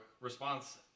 response